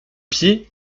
pieds